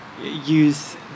use